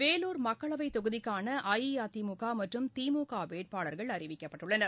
வேலூர் மக்களவைத் தொகுதிக்கானஅஇஅதிமுகமற்றும் திமுகவேட்பாளர்கள் அறிவிக்கப்பட்டுள்ளனர்